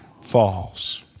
Falls